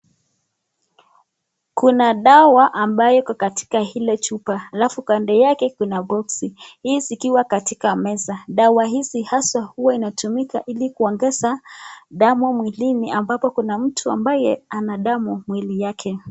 Kuna dawa ambayo iko katika hilo chupa alafu kando yake kuna boksi hii zikiwa katika meza. Dawa hizi haswa huwa inatumika ili kuongeza damu mwilini ambapo kuna mtu ambaye anadamu mwili yake.